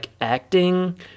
acting